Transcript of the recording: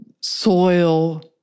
soil